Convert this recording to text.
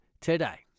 today